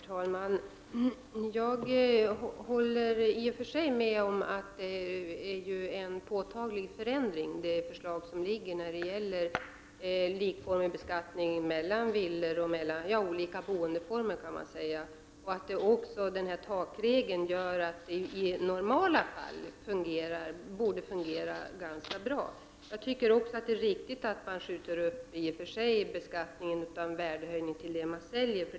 Herr talman! Jag håller i och för sig med om att det förslag som föreligger innebär en påtaglig förändring i fråga om likformig beskattning mellan olika boendeformer. Även denna takregel gör att det i normala fall borde fungera ganska bra. Jag tycker också att det är riktigt att skjuta upp beskattningen av värdehöjningen till försäljningstillfället.